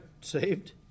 saved